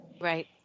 Right